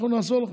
אנחנו נעזור לכם.